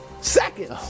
seconds